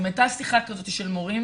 אם הייתה שיחה כזאת של מורים